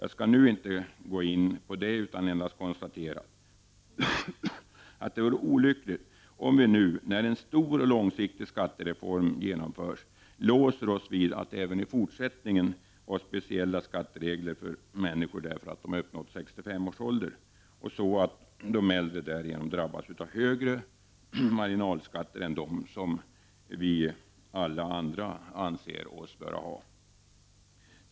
Jag skall inte gå in på dessa nu, utan endast konstatera att det vore olyckligt om vi, när en stor och långsiktig skattereform genomförs, låser oss för att även i fortsättningen ha speciella skatteregler för människor därför att de uppnått 65 års ålder, så att de äldre därigenom drabbas av högre marginalskatter än dem som vi anser att alla andra bör ha.